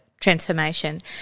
transformation